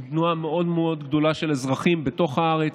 עם תנועה מאוד מאוד גדולה של אזרחים בתוך הארץ,